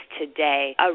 today